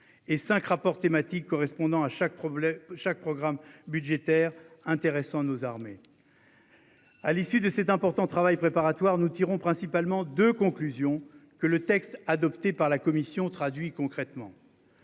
et 5 rapports thématiques correspondant à chaque problème chaque programme budgétaire intéressant nos armées. À l'issue de cet important travail préparatoire nous tirons principalement de conclusion que le texte adopté par la commission traduit concrètement.